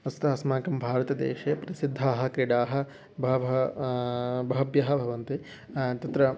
अस्तु अस्माकं भारतदेशे प्रसिद्धाः क्रीडाः बहवः बहभ्यः भवन्ति तत्र